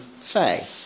say